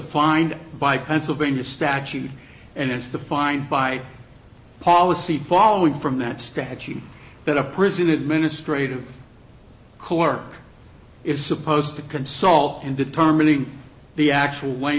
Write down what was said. defined by pennsylvania statute and it's the find by policy following from that statute that a prison administrative clerk is supposed to consult and determining the actual